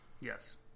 Yes